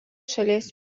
šalies